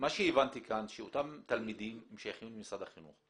מה שהבנתי כאן שאותם תלמידים שייכים למשרד החינוך.